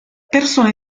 persone